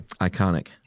Iconic